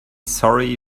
sorry